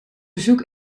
bezoek